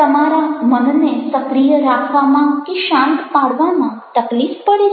તમારા મનને સક્રિય રાખવામાં કે શાંત પાડવામાં તકલીફ પડે છે